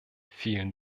vielen